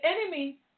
enemy